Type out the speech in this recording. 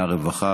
רווחה,